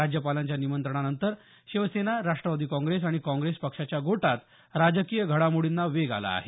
राज्यपालांच्या निमंत्रणानंतर शिवसेना राष्ट्रवादी काँग्रेस आणि काँग्रेस पक्षाच्या गोटात राजकीय घडामोडींना वेग आला आहे